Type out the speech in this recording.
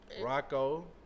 Rocco